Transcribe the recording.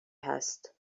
هست